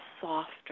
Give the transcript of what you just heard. softer